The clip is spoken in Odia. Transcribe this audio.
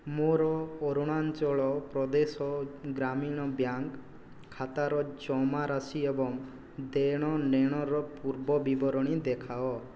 ମୋର ଅରୁଣାଚଳ ପ୍ରଦେଶ ଗ୍ରାମୀଣ ବ୍ୟାଙ୍କ ଖାତାର ଜମାରାଶି ଏବଂ ଦେଣନେଣର ପୂର୍ବବିବରଣୀ ଦେଖାଅ